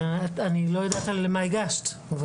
אני לא יודעת על מה הגשת.